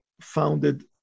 founded